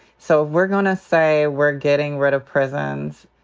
so if we're gonna say we're getting rid of prisons,